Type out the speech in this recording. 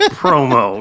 promo